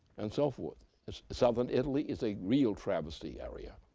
and so forth southern italy is a real travesty area,